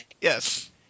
Yes